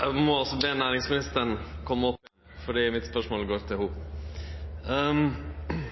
Eg må også be næringsministeren kome opp, for spørsmålet mitt går til ho. 168 millionar born står kvar dag opp for å gjere seg klare til